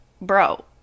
bro